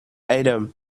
adam